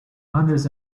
hundreds